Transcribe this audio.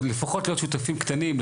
לפחות להיות שותפים קטנים,